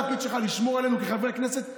התפקיד שלך לשמור עלינו כחברי כנסת,